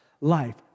life